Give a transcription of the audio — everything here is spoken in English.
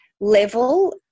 level